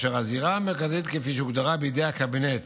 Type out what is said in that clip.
והזירה המרכזית כפי שהוגדרה בידי הקבינט